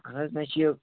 اَہن حظ مےٚ چھِ یہِ